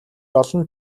олон